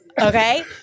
Okay